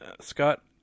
Scott